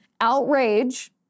outrage